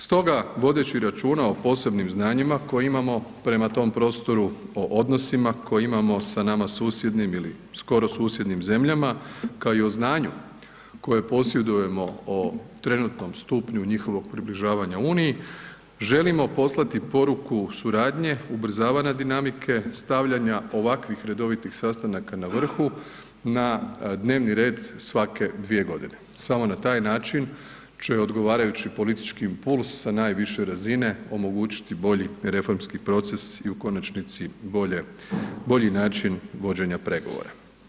Stoga vodeći računa o posebnim znanjima koja imamo prema tom prostoru, o odnosima koje imamo sa nama susjednim ili skoro susjednim zemljama, kao i o znanju koje posjedujemo o trenutnom stupnju njihovog približavanja Uniji želimo poslati poruku suradnje, ubrzavanja dinamike, stavljanja ovakvih redovitih sastanaka na vrhu na dnevni red svake 2.g., samo na taj način će odgovarajući politički impuls sa najviše razine omogućiti bolji reformski proces i u konačnici bolje, bolji način vođenja pregovora.